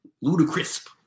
ludicrous